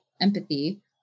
empathy